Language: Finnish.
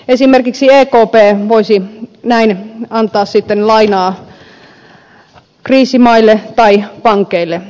esimerkiksi ekp voisi näin antaa sitten lainaa kriisimaille tai pankeille